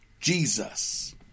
Jesus